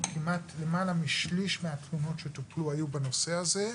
כמעט למעלה משליש מהתלונות שטופלו היו בנושא הזה.